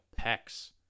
pecs